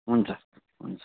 हुन्छ हुन्छ